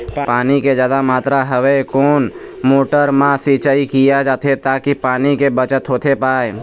पानी के जादा मात्रा हवे कोन मोटर मा सिचाई किया जाथे ताकि पानी के बचत होथे पाए?